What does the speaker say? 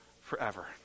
forever